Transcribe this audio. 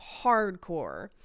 hardcore